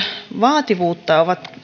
vaativuutta ovat